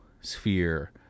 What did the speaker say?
sphere